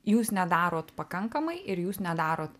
jūs nedarot pakankamai ir jūs nedarot